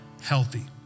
healthy